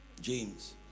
James